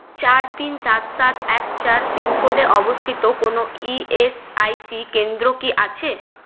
চার তিন সাত সাত এক চার পিনকোডে অবস্থিত কোনও ই এস আই সি কেন্দ্র কি আছে